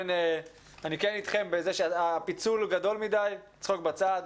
אני כן אתכם בזה שהפיצול הוא גדול מדי, צחוק בצד.